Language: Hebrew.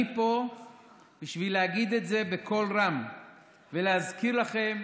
אני פה בשביל להגיד את זה בקול רם ולהזכיר לכם,